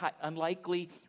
unlikely